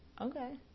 Okay